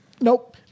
Nope